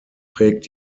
prägt